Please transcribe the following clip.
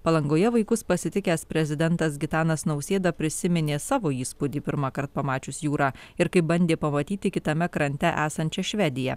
palangoje vaikus pasitikęs prezidentas gitanas nausėda prisiminė savo įspūdį pirmąkart pamačius jūrą ir kai bandė pamatyti kitame krante esančią švediją